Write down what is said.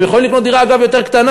הם יכולים לקנות דירה, אגב, יותר קטנה.